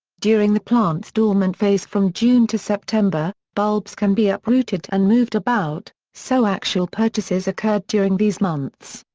during the plant's dormant phase from june to september, bulbs can be uprooted and moved about, so actual purchases occurred during these months.